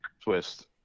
twist